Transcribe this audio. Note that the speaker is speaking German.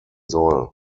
soll